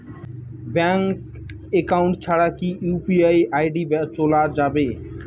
Bank account ছাড়া কি UPI ID চোলা যাবে?